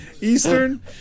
Eastern